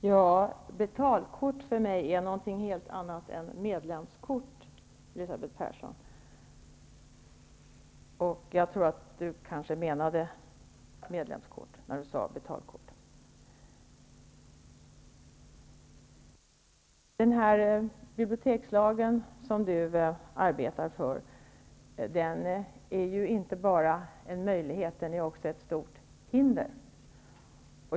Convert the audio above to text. Betalkort, Elisabeth Persson, är för mig någonting helt annat än medlemskort. Elisabeth Persson menade kanske medlemskort i stället för betalkort. Bibliotekslagen, som Elisabeth Persson arbetar för, är inte bara en möjlighet, utan också ett stort hinder.